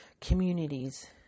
communities